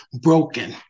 broken